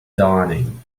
dawning